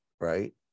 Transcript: Right